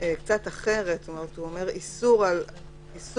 קצת אחרת, זאת אומרת שהוא אומר איסור התקהלות.